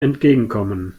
entgegenkommen